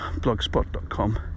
blogspot.com